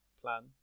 plan